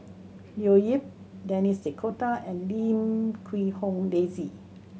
Leo Yip Denis D'Cotta and Lim Quee Hong Daisy